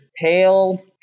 pale